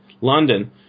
London